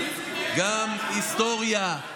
גם היסטוריה,